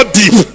deep